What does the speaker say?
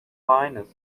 finest